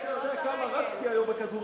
אם היית יודע כמה רצתי היום בכדורגל.